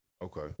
Okay